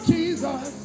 Jesus